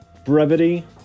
brevity